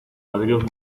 ladridos